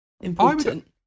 important